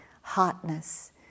hotness